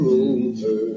over